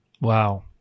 Wow